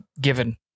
given